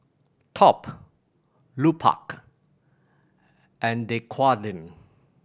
Top Lupark and Dequadin